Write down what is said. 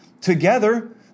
Together